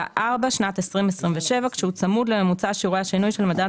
(4)שנת 2027 - "כשהוא צמוד לממוצע שיעורי השינוי של מדד